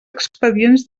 expedients